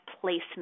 placement